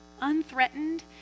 unthreatened